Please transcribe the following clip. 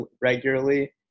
regularly